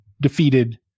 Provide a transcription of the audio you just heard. defeated